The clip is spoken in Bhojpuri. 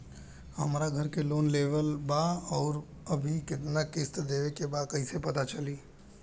हमरा घर के लोन लेवल बा आउर अभी केतना किश्त देवे के बा कैसे पता चली?